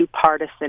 partisan